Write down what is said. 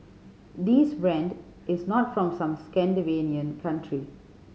this brand is not from some Scandinavian country